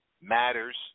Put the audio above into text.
matters